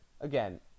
again